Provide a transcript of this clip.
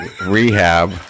rehab